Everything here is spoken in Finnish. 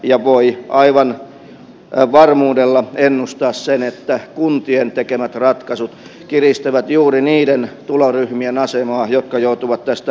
ja voi aivan varmuudella ennustaa sen että kuntien tekemät ratkaisut kiristävät juuri niiden tuloryhmien asemaa jotka joutuvat tästä arvonlisäverosta kärsimään